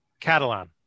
Catalan